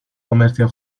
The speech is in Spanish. comercio